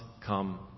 come